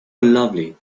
lovely